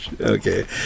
Okay